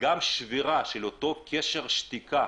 גם שבירה של אותו קשר שתיקה